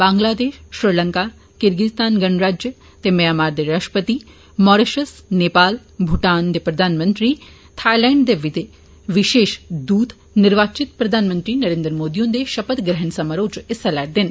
Bangladesh Sri Lanka Kyrgyz गणराज्य ते Myanmar दे राश्ट्रपति मॉरिषस नेपाल भूटान दे प्रधानमंत्री थाइलैंड दे विषेश दूत निर्वाचित प्रधानमंत्री नरेंद्र मोदी हुंदे षपथ ग्रहण समारोह च लै रदे न